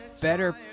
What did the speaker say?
better